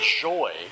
joy